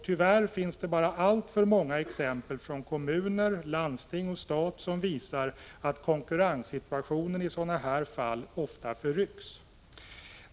Tyvärr finns det alltför många exempel från kommuner, landsting och stat som visar att konkurrenssituationen i sådana här fall ofta förrycks.